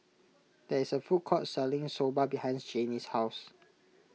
there is a food court selling Soba behind Janey's house